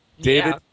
David